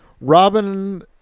Robin